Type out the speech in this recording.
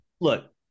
Look